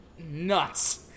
nuts